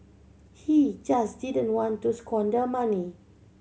he just didn't want to squander money